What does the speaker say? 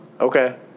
Okay